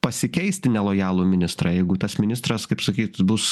pasikeisti nelojalų ministrą jeigu tas ministras kaip sakyt bus